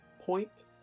point